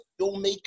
filmmaker